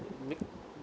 make